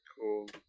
Cool